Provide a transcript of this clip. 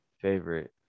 favorite